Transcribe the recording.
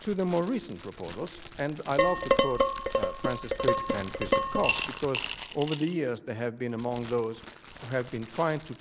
to the more recent proposals. and i love to quote francis crick and christof koch, because over the years they have been among those who have been trying to